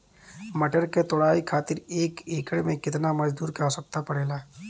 मटर क तोड़ाई खातीर एक एकड़ में कितना मजदूर क आवश्यकता पड़ेला?